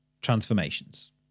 transformations